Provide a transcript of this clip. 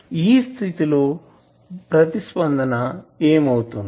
ఈ స్థితి లో ప్రతిస్పందన ఏమి అవుతుంది